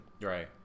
right